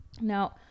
Now